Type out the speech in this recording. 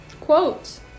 quotes